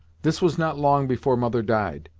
this was not long before mother died,